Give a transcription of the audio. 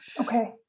Okay